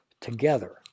Together